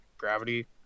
Gravity